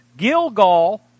Gilgal